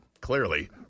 Clearly